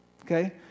okay